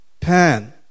pan